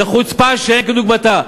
זאת חוצפה שאין כדוגמתה.